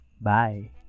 Bye